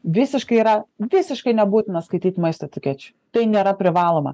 visiškai yra visiškai nebūtina skaityt maisto etikečių tai nėra privaloma